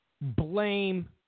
blame